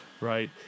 right